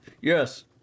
Yes